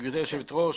גברתי היושבת-ראש,